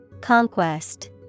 Conquest